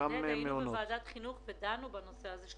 דנו בוועדת חינוך בנושא הזה של